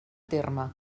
terme